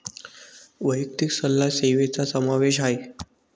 वैयक्तिक सल्ला सेवेचा समावेश आहे